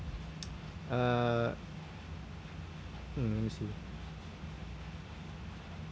uh hmm let me see